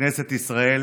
שבכנסת ישראל